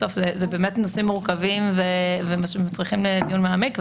אלה נושאים מורכבים שמצריכים דיון מעמיק.